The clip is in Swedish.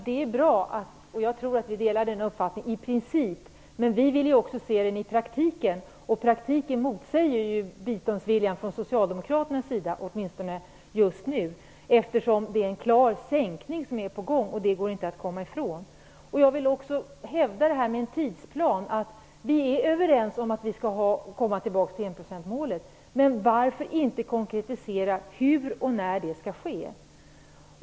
Herr talman! Jag tror att vi har samma uppfattning i den här frågan i princip, men vi vill också se detta i praktiken, och det som sker i praktiken talar ju emot en biståndsvilja bland socialdemokraterna, åtminstone just nu. En klar sänkning är ju på gång - det går inte att komma ifrån. Vi är överens om att vi skall komma tillbaka till enprocentsmålet, men varför inte i en tidsplan konkretisera hur och när det skall ske?